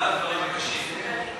הדברים הקשים.